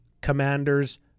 commanders